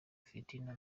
fitina